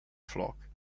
flock